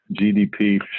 GDP